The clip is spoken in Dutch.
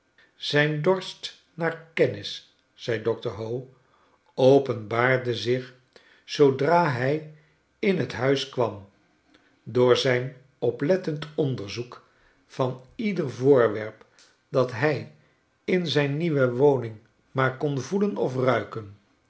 zijn dorst naar kennis zegt dr howe openbaarde zich zoodra hij in t huis kwam door zijn oplettend onderzoek van ieder voorwerp dat hij in zijn nieuwe womng maar kon voelen of ruiken